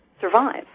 survive